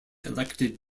elected